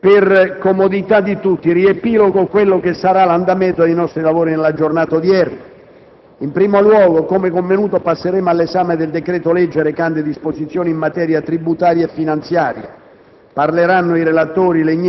per comodità di tutti riepilogo quello che sarà l'andamento dei nostri lavori nella giornata odierna. In primo luogo, come convenuto, passeremo all'esame del decreto-legge recante disposizioni in materia tributaria e finanziaria.